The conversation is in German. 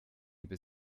über